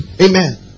Amen